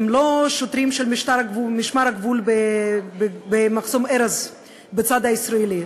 הם לא שוטרים של משמר הגבול במחסום ארז בצד הישראלי.